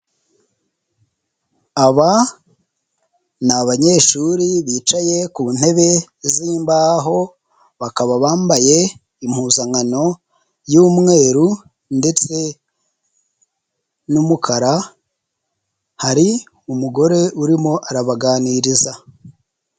Aba ni abanyeshuri bicaye ku ntebe z'imbaho bakaba bambaye impuzankano y'umweru ndetse n'umukara, hari umugore urimo arabaganiriza.